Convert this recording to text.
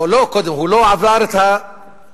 לא, הוא לא עבר את הסלקטור.